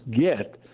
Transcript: get